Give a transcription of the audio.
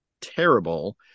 terrible